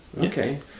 okay